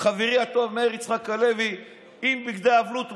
חברי הטוב מאיר יצחק הלוי עם בגדי אבלות.